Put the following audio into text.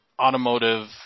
automotive